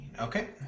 Okay